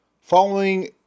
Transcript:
Following